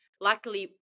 luckily